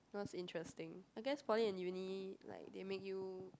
that was interesting I guess poly and uni like they make you